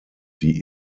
die